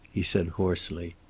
he said hoarsely.